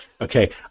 okay